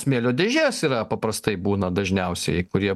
smėlio dėžės yra paprastai būna dažniausiai kurie